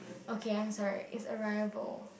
okay I am sorry is arrival